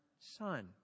son